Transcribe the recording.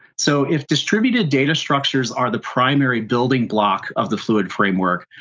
so if distributed data structures are the primary building block of the fluid framework,